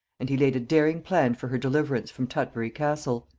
and he laid a daring plan for her deliverance from tutbury-castle.